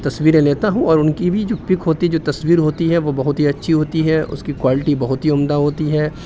تصویریں لیتا ہوں اور ان کی بھی جو پک ہوتی ہے جو تصویر ہوتی ہے وہ بہت ہی اچھی ہوتی ہے اس کی کوالٹی بہت ہی عمدہ ہوتی ہے